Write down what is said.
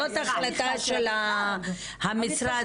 זאת החלטה של המשרד,